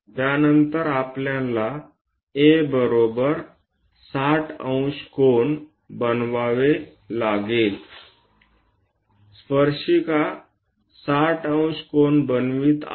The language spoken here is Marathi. त्यानंतर आपल्याला A बरोबर 600 कोन बनवावे लागेल स्पर्शिका 600 कोन बनवित आहेत